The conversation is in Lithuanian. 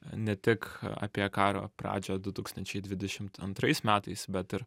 ne tik apie karo pradžią du tūkstančiai dvidešimt antrais metais bet ir